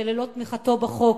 שללא תמיכתו בחוק,